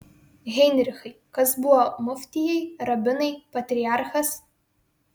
heinrichai kas buvo muftijai rabinai patriarchas